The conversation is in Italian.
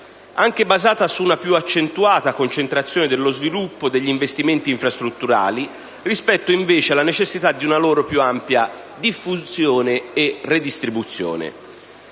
anche basata su una più accentuata concentrazione dello sviluppo degli investimenti infrastrutturali rispetto invece alla necessità di una loro più ampia diffusione e redistribuzione.